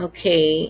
Okay